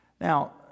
Now